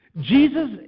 Jesus